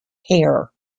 hair